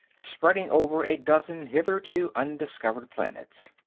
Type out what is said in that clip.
spreading over a dozen hitherto undiscovered planets.